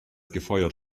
gefeuert